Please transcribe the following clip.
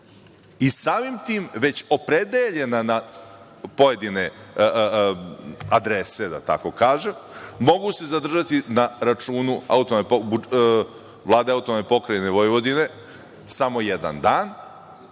i samim tim već opredeljena na pojedine adrese, da tako kažem? Mogu se zadržati na računu Vlade AP Vojvodine samo jedan dan